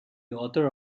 author